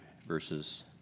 verses